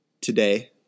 Today